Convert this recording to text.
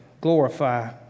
glorify